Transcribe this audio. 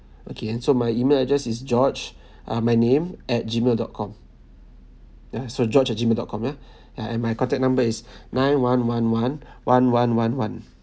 okay ah so my email address is george ah my name at gmail dot com ya so george at gmail dot com ya ya and my contact number is nine one one one one one one one